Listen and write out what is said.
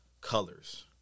colors